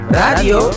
radio